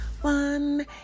one